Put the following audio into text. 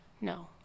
No